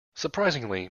surprisingly